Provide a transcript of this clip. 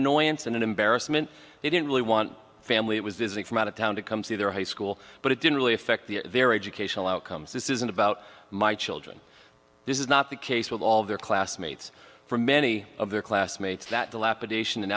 annoyance and an embarrassment they didn't really want family it was visiting from out of town to come see their high school but it didn't really affect the their educational outcomes this isn't about my children this is not the case with all their classmates from many of their classmates that dilapidation an